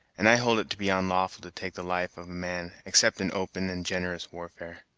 and i hold it to be onlawful to take the life of man, except in open and generous warfare.